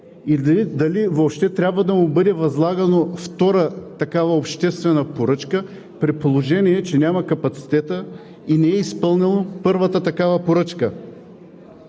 дали въобще трябва да му бъде възложена втора обществена поръчка, при положение че няма капацитета и не е изпълнил първата такава поръчка.